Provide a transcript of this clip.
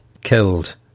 killed